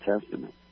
Testament